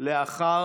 לאחר